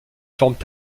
forment